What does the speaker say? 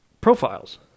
profiles